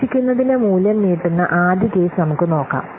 പ്രതീക്ഷിക്കുന്നതിന്റെ മൂല്യം നീട്ടുന്ന ആദ്യ കേസ് നമുക്ക് നോക്കാം